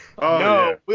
No